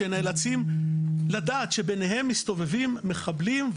שנאלצים לדעת שביניהם מסתובבים מחבלים.